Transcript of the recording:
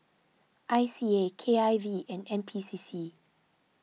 I C A K I V and N P C C